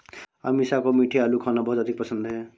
अमीषा को मीठे आलू खाना बहुत अधिक पसंद है